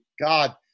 God